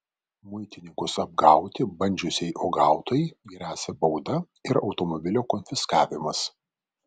muitininkus apgauti bandžiusiai uogautojai gresia bauda ir automobilio konfiskavimas